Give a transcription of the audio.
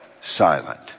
silent